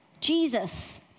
Jesus